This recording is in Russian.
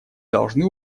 должны